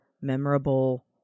memorable